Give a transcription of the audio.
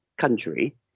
country